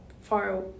far